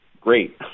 great